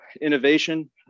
innovation